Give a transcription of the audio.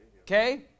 Okay